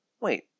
Wait